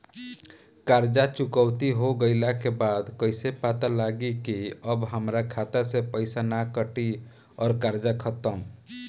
कर्जा चुकौती हो गइला के बाद कइसे पता लागी की अब हमरा खाता से पईसा ना कटी और कर्जा खत्म?